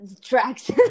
tracks